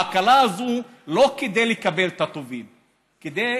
ההקלה הזו היא לא כדי לקבל את הטובים, כדי